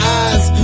eyes